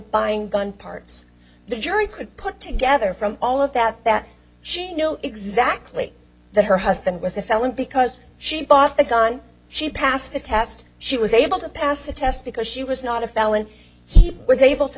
buying gun parts the jury could put together from all of that that she know exactly that her husband was a felon because she bought the gun she passed the test she was able to pass the test because she was not a felon he was able to